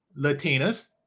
Latinas